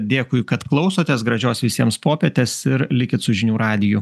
dėkui kad klausotės gražios visiems popietės ir likit su žinių radiju